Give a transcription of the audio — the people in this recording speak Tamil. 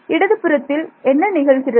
இடது புறத்தில் என்ன நிகழ்கிறது